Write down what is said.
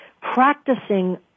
practicing